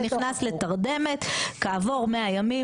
שנכנס לתרדמת כעבור 100 ימים,